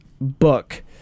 book